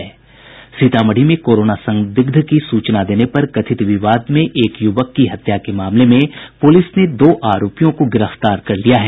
सीतामढ़ी में कोरोना संदिग्ध की सूचना देने पर कथित विवाद में एक युवक की हत्या के मामले में पुलिस ने दो अरोपियों को गिरफ्तार कर लिया है